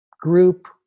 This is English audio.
group